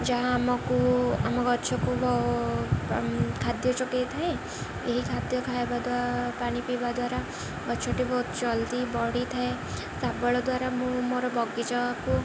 ଯାହା ଆମକୁ ଆମ ଗଛକୁ ବ ଖାଦ୍ୟ ଯୋଗେଇଥାଏ ଏହି ଖାଦ୍ୟ ଖାଇବା ଦ୍ୱାରା ପାଣି ପିଇବା ଦ୍ୱାରା ଗଛଟି ବହୁତ ଜଲ୍ଦି ବଢ଼ିଥାଏ ଶାବଳ ଦ୍ୱାରା ମୁଁ ମୋର ବଗିଚାକୁ